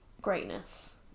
greatness